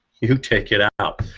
you take it out.